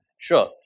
Sure